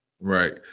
Right